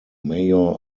mayor